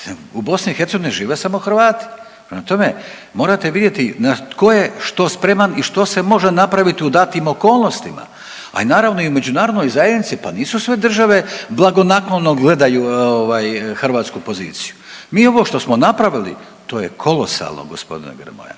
u BiH ne žive samo Hrvati. Prema tome, morate vidjeti na tko je što spreman i što se može napraviti u datim okolnostima. A i naravno i u međunarodnoj zajednici, pa nisu sve države blagonaklono gledaju hrvatsku poziciju. Mi smo što smo napravili to je kolosalno g. Grmoja,